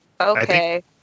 okay